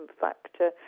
factor